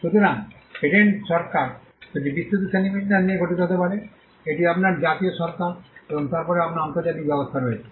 সুতরাং পেটেন্ট সরকার দুটি বিস্তৃত শ্রেণিবিন্যাস নিয়ে গঠিত হতে পারে একটি আপনার জাতীয় সরকার এবং তারপরে আপনার আন্তর্জাতিক ব্যবস্থা রয়েছে